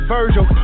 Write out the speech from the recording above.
Virgil